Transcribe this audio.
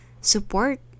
support